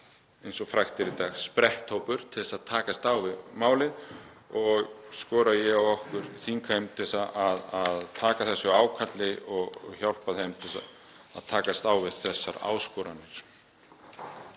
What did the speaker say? eins og frægt er í dag, spretthópur til að takast á við málið og skora ég á okkur þingheim til að taka þessu ákalli og hjálpa þeim við að takast á við þessar áskoranir.